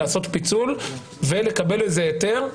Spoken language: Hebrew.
לעשות פיצול ולקבל לזה היתר.